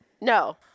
no